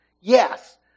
yes